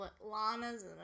Lana's